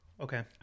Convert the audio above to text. Okay